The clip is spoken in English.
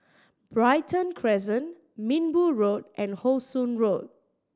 Brighton Crescent Minbu Road and How Sun Road